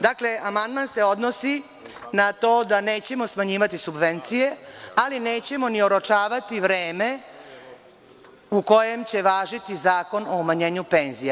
Dakle, amandman se odnosi na to da nećemo smanjivati subvencije, ali nećemo ni oročavati vreme u kojem će važiti zakon o umanjenju penzija.